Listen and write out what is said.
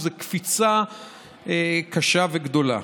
זו קפיצה קשה וגדולה.